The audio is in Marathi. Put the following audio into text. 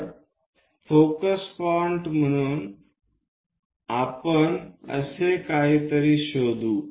तर फोकस बिंदू म्हणून आपण असे काहीतरी शोधू